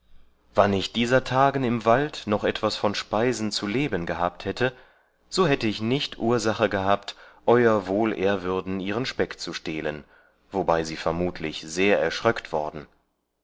wann ich dieser tagen im wald noch etwas von speisen zu leben gehabt hätte so hätte ich nicht ursache gehabt e wohl ehrw ihren speck zu stehlen worbei sie vermutlich sehr erschröckt worden